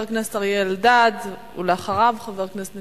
חבר הכנסת אריה אלדד,